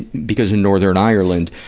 because in northern ireland,